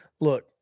Look